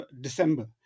December